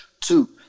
Two